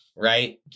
Right